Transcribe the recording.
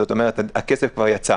זאת אומרת שהכסף כבר יצא.